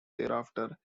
thereafter